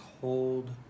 hold